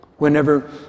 Whenever